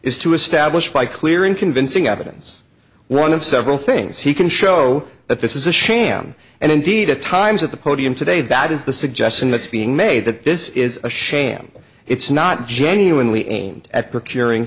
is to establish by clear and convincing evidence one of several things he can show that this is a sham and indeed at times at the podium today that is the suggestion that's being made that this is a sham it's not genuinely aimed at procuring